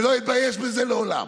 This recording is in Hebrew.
ולא אתבייש בזה לעולם.